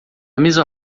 mesma